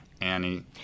Annie